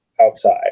outside